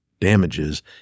damages